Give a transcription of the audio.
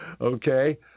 okay